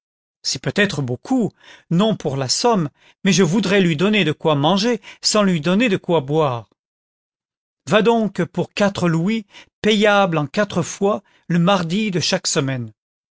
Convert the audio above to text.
c'est peut-être beaucoup non pour la somme mais je voudrais lui donner de quoi manger sans lui donner de quoi boire va donc pour quatre louis payables en quatre fois le mardi de chaque semaine